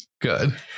Good